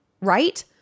right